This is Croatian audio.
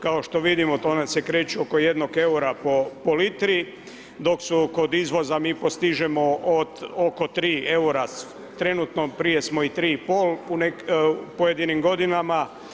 Kao što vidimo ona se kreću oko jednog eura po litri, dok su kod izvoza, mi postižemo od oko 3 eura trenutno, prije smo i 3,5 u pojedinim godinama.